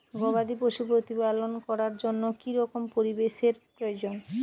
গবাদী পশু প্রতিপালন করার জন্য কি রকম পরিবেশের প্রয়োজন?